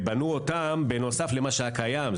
בנו אותן בנוסף למה שכבר היה קיים.